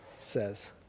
says